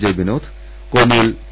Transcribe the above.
J Vinod കോന്നിയിൽ P